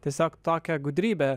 tiesiog tokią gudrybę